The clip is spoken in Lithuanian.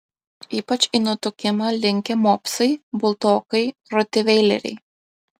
ypač į nutukimą linkę mopsai buldogai rotveileriai